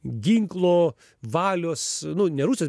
ginklo valios nu ne rusijos